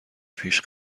پیش